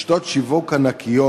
רשתות שיווק ענקיות,